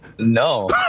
no